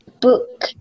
Book